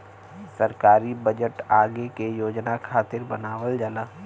सरकारी बजट आगे के योजना खातिर बनावल जाला